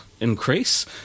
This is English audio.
increase